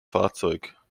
fahrzeug